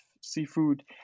seafood